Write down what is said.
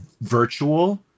virtual